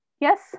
Yes